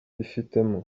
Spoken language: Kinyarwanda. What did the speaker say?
yifitemo